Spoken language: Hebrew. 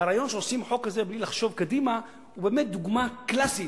והרעיון שעושים חוק כזה בלי לחשוב קדימה הוא באמת דוגמה קלאסית